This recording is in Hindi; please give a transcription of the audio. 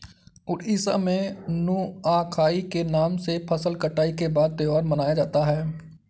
उड़ीसा में नुआखाई के नाम से फसल कटाई के बाद त्योहार मनाया जाता है